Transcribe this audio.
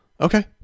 Okay